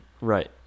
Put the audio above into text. Right